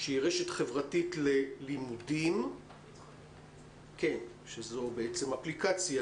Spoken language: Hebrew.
שהיא רשת חברתית ללימודים שזו בעצם אפליקציה,